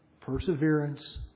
perseverance